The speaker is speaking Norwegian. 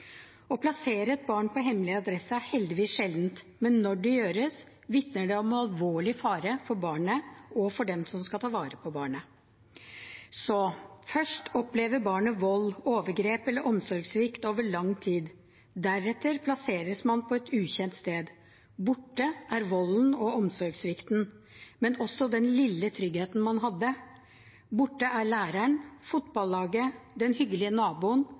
Å plassere et barn på hemmelig adresse er heldigvis sjelden, men når det gjøres, vitner det om alvorlig fare for barnet og for dem som skal ta vare på barnet. Så: Først opplever barnet vold, overgrep eller omsorgssvikt over lang tid. Deretter plasseres det på et ukjent sted. Borte er volden og omsorgssvikten, men også den lille tryggheten man hadde. Borte er læreren, fotballaget, den hyggelige naboen,